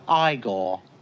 Igor